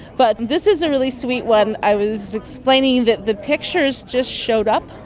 but this is a really sweet one. i was explaining that the pictures just showed up.